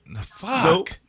Fuck